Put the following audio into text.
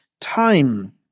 time